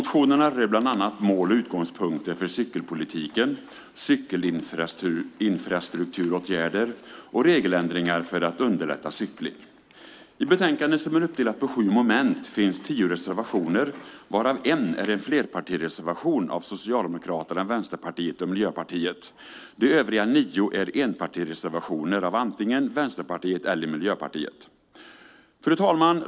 Motionerna rör bland annat mål och utgångspunkter för cykelpolitiken, cykelinfrastrukturåtgärder och regeländringar för att underlätta cykling. I betänkandet, som är uppdelat på sju moment, finns tio reservationer, varav en är en flerpartireservation av Socialdemokraterna, Vänsterpartiet och Miljöpartiet. De övriga nio är enpartireservationer av antingen Vänsterpartiet eller Miljöpartiet. Fru talman!